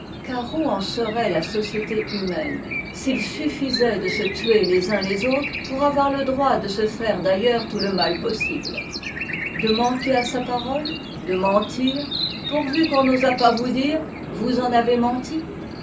où en serait la société humaine s'il suffisait de se tuer les uns les autres pour avoir le droit de se faire d'ailleurs tout le mal possible de manquer à sa parole de mentir pourvu qu'on n'osât pas vous dire vous en avez menti